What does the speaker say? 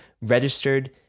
registered